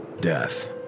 Death